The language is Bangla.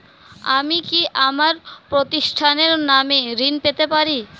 আমি কি আমার প্রতিষ্ঠানের নামে ঋণ পেতে পারি?